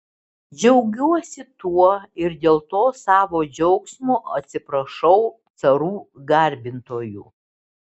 džiaugiuosi tuo ir dėl to savo džiaugsmo atsiprašau carų garbintojų